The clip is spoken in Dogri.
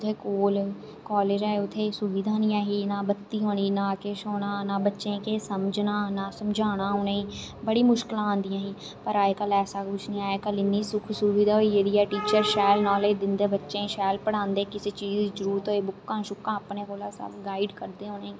उत्थै कोल कालेज हा उत्थै एह् सुविधां नेईं हियां ना बत्ती होनी ना किश होना ना बच्चे किश समझना ना समझाना उनेंगी बड़ी मुश्कलां औंदियां पर अज्जकल ऐसा किश नेईं ऐ अज्जकल इन्नी सुख सुविधा होई गेदी ऐ टीचर शैल नालेज दिंदे बच्चें गी शैल पढ़ांदे कुसै चीज दी जरूरत होए बुक्का शुक्कां अपने कोला सब गाइड करदे उनेंगी